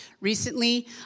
recently